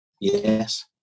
Yes